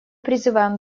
призываем